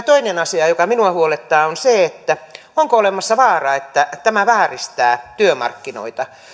toinen asia joka minua huolettaa on se että onko olemassa vaara että tämä vääristää työmarkkinoita